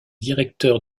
directeur